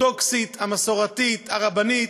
האורתודוקסית, המסורתית, הרבנית,